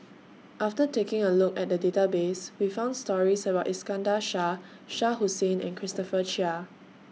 after taking A Look At The Database We found stories about Iskandar Shah Shah Hussain and Christopher Chia